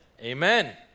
amen